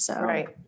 Right